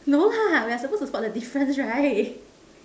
no lah we are supposed to spot the difference right